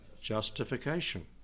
Justification